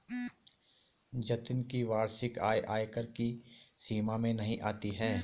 जतिन की वार्षिक आय आयकर की सीमा में नही आती है